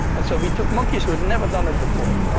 and so we took monkeys who had never done it before.